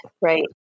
right